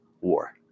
war